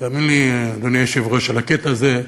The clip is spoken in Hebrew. תאמין לי, אדוני היושב-ראש, על הקטע הזה,